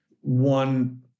one